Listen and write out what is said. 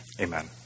Amen